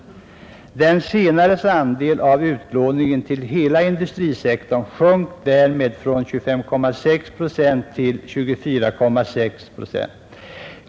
Den mindre industrins andel av utlåningen till hela industrisektorn sjönk därmed från 25,6 till 24,6 procent.